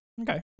Okay